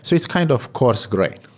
so it's kind of coarse grain.